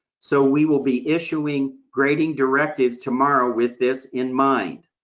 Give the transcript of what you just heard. so we will be issuing grading directives tomorrow with this in mind.